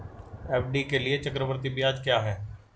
FD के लिए चक्रवृद्धि ब्याज क्या है?